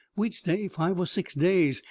we'd stay five or six days,